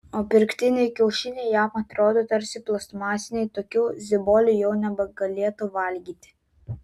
o pirktiniai kiaušiniai jam atrodo tarsi plastmasiniai tokių ziboliai jau nebegalėtų valgyti